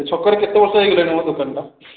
ଛକରେ କେତେବର୍ଷ ହେଇଗଲାଣି ମ ଦୋକାନଟା